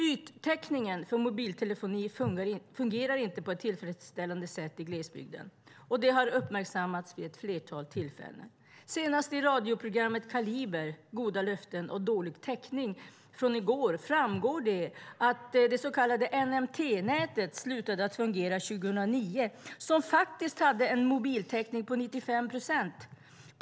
Yttäckningen för mobiltelefoni fungerar inte på ett tillfredsställande sätt i glesbygden. Det har uppmärksammats vid ett flertal tillfällen. Senast i radioprogrammet Kaliber , under rubriken Goda löften - dålig täckning , från i går framgick att det så kallade NMT-nätet, som faktiskt hade en mobiltäckning på 95 procent, slutade fungera 2009.